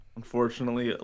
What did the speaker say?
unfortunately